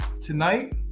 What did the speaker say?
Tonight